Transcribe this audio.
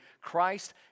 Christ